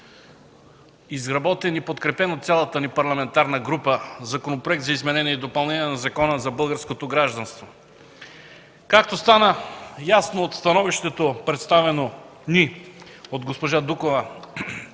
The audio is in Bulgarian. изработен и подкрепен от цялата ни парламентарна група Законопроект за изменение и допълнение на Закона за българското гражданство. Както стана ясно от становището, представено ни от госпожа Дукова,